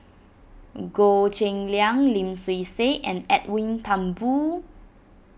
Goh Cheng Liang Lim Swee Say and Edwin Thumboo